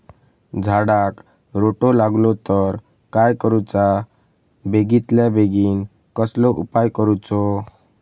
झाडाक रोटो लागलो तर काय करुचा बेगितल्या बेगीन कसलो उपाय करूचो?